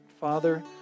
Father